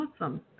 Awesome